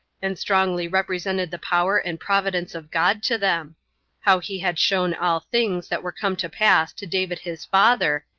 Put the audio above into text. and strongly represented the power and providence of god to them how he had shown all things that were come to pass to david his father,